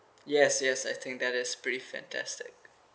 yes yes I think that is pretty fantastic